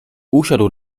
usiadł